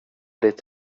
ditt